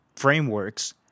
frameworks